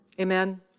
amen